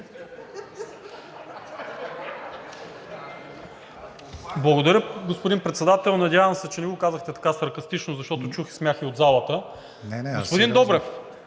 Благодаря, господин Председател. Надявам се, че не го казахте така саркастично, защото чух и смях от залата. ПРЕДСЕДАТЕЛ